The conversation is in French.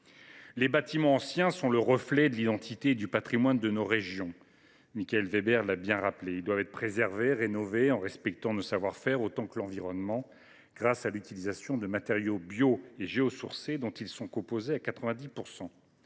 Les bâtiments anciens sont le reflet de l’identité et du patrimoine de nos régions, comme Michaël Weber l’a bien rappelé. Ils doivent être préservés et rénovés en respectant nos savoir faire autant que l’environnement, grâce à l’utilisation de matériaux bio et géosourcés, dont ils sont composés à 90 %.